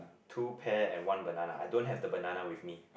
two pear and one banana I don't have the banana with me